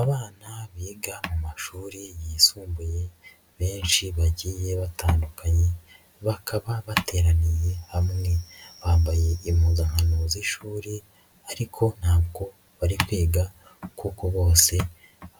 Abana biga mu mashuri yisumbuye benshi bagiye batandukanye, bakaba bateraniye hamwe bambaye impuzankano z'ishuri ariko ntabwo bari kwiga kuko bose